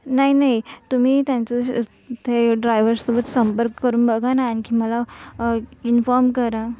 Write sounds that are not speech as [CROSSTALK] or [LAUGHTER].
नाही नाही तुम्ही त्यांचं [UNINTELLIGIBLE] हे ते ड्रायव्हरसोबत संपर्क करून बघा ना आणखी मला इन्फॉर्म करा